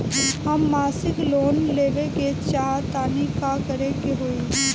हम मासिक लोन लेवे के चाह तानि का करे के होई?